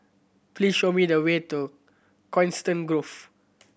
please show me the way to Coniston Grove